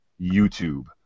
YouTube